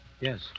Yes